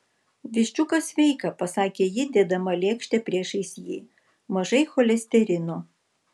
viščiukas sveika pasakė ji dėdama lėkštę priešais jį mažai cholesterino